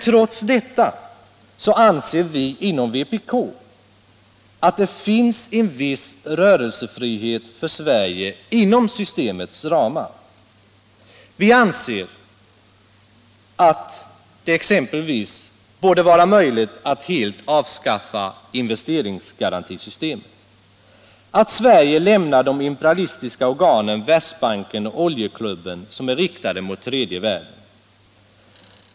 Trots detta anser vi inom vpk att det finns en viss rörelsefrihet för Sverige inom systemets ramar. Vi anser exempelvis att det borde vara möjligt att helt avskaffa investeringsgarantisystemet och att Sverige lämnar de imperialistiska organen Världsbanken och Oljeklubben som är riktade mot tredje världen.